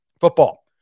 Football